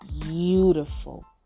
beautiful